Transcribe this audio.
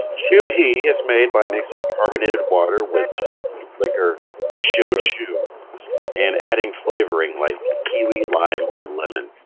sure, he is made by mixing carbonated water which liquor shochu and adding flavoring like kiwi lime or lemon